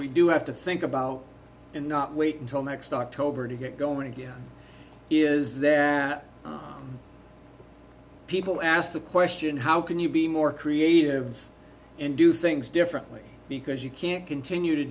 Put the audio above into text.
we do have to think about and not wait until next october to get going again is there people asked the question how can you be more creative and do things differently because you can't continue to